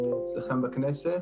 שנמצא בכנסת.